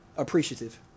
appreciative